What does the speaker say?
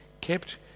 kept